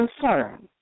concern